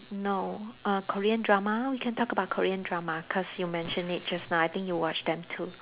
no uh Korean drama we can talk about Korean drama cause you mentioned it just now I think you watch them too